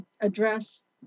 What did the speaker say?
address